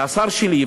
והשר שלי,